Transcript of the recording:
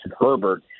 Herbert